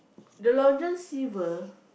the Long John Silver